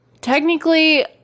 Technically